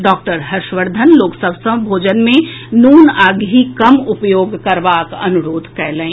doctor Harshvardhan लोक सभ सॅ भोजन मे नोन आ घी कम उपयोग करबाक अनुरोध कयलनि